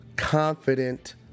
confident